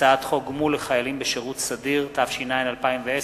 הצעת חוק תרומת זרע להזרעה מלאכותית, התש"ע 2010,